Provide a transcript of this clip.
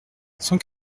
cent